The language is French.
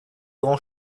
grands